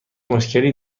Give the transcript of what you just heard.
مشکلی